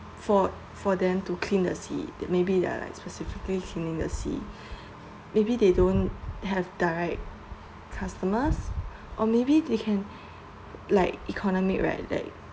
for for them to clean the sea maybe they're like specifically cleaning the sea maybe they don't have direct customers or maybe they can like economic right like